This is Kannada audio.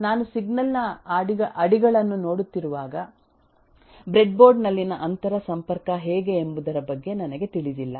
ನಾನು ಸಿಗ್ನಲ್ ನ ಅಡಿಗಳನ್ನು ನೋಡುತ್ತಿರುವಾಗ ಬ್ರೆಡ್ ಬೋರ್ಡ್ ನಲ್ಲಿನ ಅಂತರ ಸಂಪರ್ಕ ಹೇಗೆ ಎಂಬುದರ ಬಗ್ಗೆ ನನಗೆ ತಿಳಿದಿಲ್ಲ